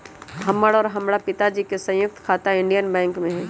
हमर और हमरा पिताजी के संयुक्त खाता इंडियन बैंक में हई